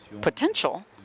potential